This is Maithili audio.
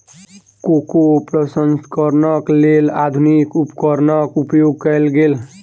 कोको प्रसंस्करणक लेल आधुनिक उपकरणक उपयोग कयल गेल